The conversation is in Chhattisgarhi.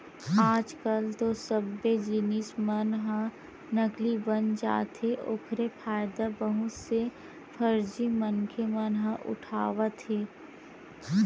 आज कल तो सब्बे जिनिस मन ह नकली बन जाथे ओखरे फायदा बहुत से फरजी मनखे मन ह उठावत हे